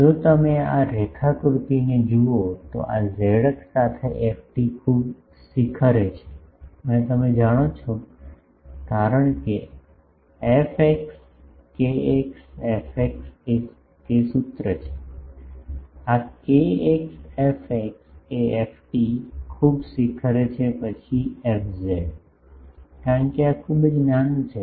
જો તમે આ રેખાકૃતિને જુઓ તો આ ઝેડ અક્ષ સાથે ft ખૂબ શિખરે છે અને તમે જાણો છો કે કારણ કે એફએક્સ કેએક્સ એફએક્સ તે સૂત્ર છે આ કેએક્સએફએક્સ એ ft ખૂબ શિખરે છે પછી એફઝેડ કારણ કે આ ખૂબ જ નાનું છે